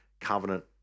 covenant